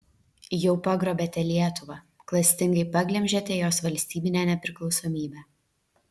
jau pagrobėte lietuvą klastingai paglemžėte jos valstybinę nepriklausomybę